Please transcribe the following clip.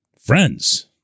friends